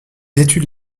études